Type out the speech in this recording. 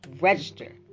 Register